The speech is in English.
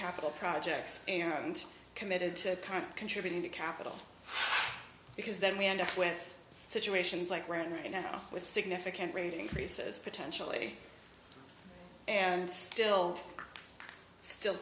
capital projects aren't committed to contributing to capital because then we end up with situations like right now with significant rate increases potentially and still still